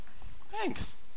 Thanks